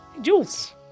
Jules